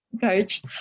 coach